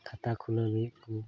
ᱠᱷᱟᱛᱟ ᱠᱷᱩᱞᱟᱹᱣ ᱞᱟᱹᱜᱤᱫ ᱠᱚ